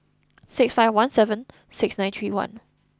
six five one seven six nine three one